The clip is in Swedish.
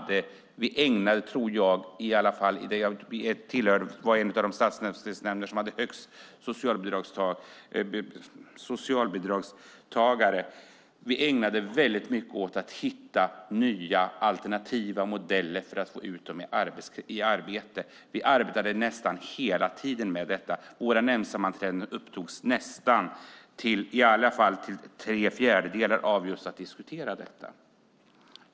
Det var en av de stadsdelsnämnder som hade högst antal socialbidragstagare. Vi ägnade mycket tid åt att försöka hitta nya alternativa modeller för att få ut dem i arbete. Vi arbetade nästan hela tiden med detta. På våra nämndsammanträden ägnades i alla fall tre fjärdedelar av tiden åt att just diskutera detta.